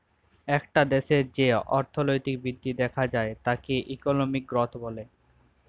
একটা দ্যাশের যে অর্থলৈতিক বৃদ্ধি দ্যাখা যায় তাকে ইকলমিক গ্রথ ব্যলে